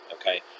Okay